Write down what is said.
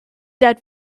that